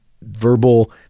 verbal